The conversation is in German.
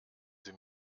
sie